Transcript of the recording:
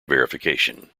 verification